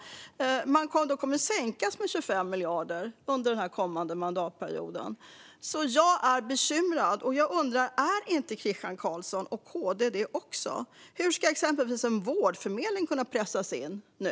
De kommer att sänkas med 25 miljarder under den kommande mandatperioden. Jag är bekymrad. Jag undrar: Är inte Christian Carlsson och KD det också? Hur ska exempelvis en vårdförmedling kunna pressas in nu?